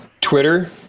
Twitter